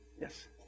Yes